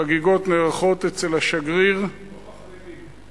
החגיגות נערכות אצל השגריר, מחרימים.